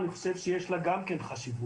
אני חושב שיש לו גם כן חשיבות.